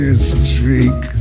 streak